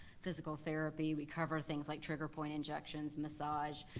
physical therapy, we cover things like trigger point injections, massage.